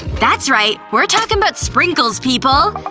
that's right, we're talking bout sprinkles, people!